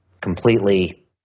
completely